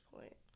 point